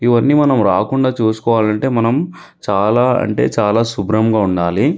ఇవన్నీ మనం రాకుండా చూసుకోవాలంటే మనం చాలా అంటే చాలా శుభ్రంగా ఉండాలి